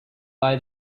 buy